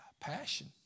Passion